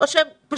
חיים,